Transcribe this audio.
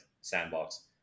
sandbox